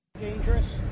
Dangerous